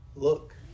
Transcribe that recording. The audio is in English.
Look